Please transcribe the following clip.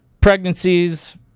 pregnancies